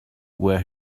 where